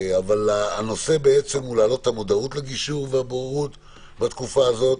הנושא הוא להעלות את המודעות לגישור ולבוררות בתקופה הזאת,